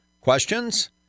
questions